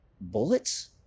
bullets